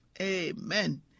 Amen